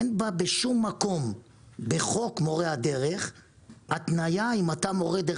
אין בשום מקום בחוק מורי הדרך התניה אם אתה מורה דרך